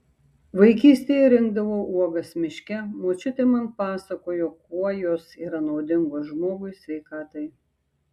vaikystėje rinkdavau uogas miške močiutė man pasakojo kuo jos yra naudingos žmogui sveikatai